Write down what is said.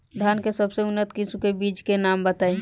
धान के सबसे उन्नत किस्म के बिज के नाम बताई?